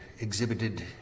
exhibited